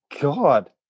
God